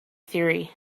theory